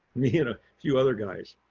me and few other guys.